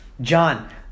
John